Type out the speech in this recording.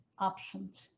options